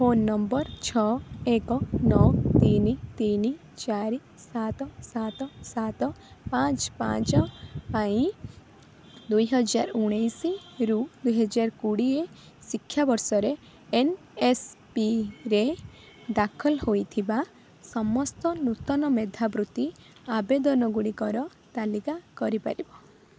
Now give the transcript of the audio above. phone number ଛଅ ଏକ ନଅ ତିନି ତିନି ଚାରି ସାତ ସାତ ସାତ ପାଞ୍ଚ ପାଞ୍ଚ ପାଇଁ ଦୁଇହଜାର ଉଣେଇଶରୁ ଦୁଇହଜାର କୋଡ଼ିଏ ଶିକ୍ଷାବର୍ଷରେ ଏନ୍ଏସ୍ପିରେ ଦାଖଲ ହୋଇଥିବା ସମସ୍ତ ନୂତନ ମେଧାବୃତ୍ତି ଆବେଦନ ଗୁଡ଼ିକର ତାଲିକା କରି ପାରିବ